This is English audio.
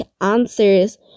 answers